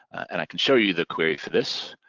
and i can show you the query for this.